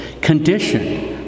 condition